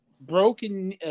broken